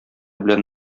белән